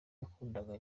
yakundaga